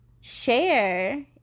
share